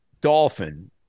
dolphin